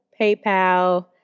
PayPal